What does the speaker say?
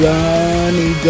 Johnny